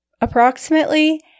approximately